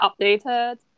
updated